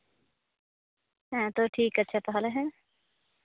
ᱦᱮᱸ ᱛᱚ ᱴᱷᱤᱠ ᱟᱪᱷᱮ ᱛᱟᱦᱚᱞᱮ ᱦᱮᱸ